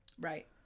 Right